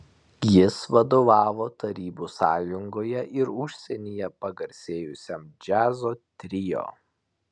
jis vadovavo tarybų sąjungoje ir užsienyje pagarsėjusiam džiazo trio